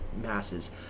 masses